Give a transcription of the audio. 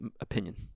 opinion